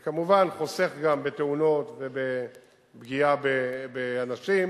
וכמובן, חוסך גם תאונות ופגיעה באנשים.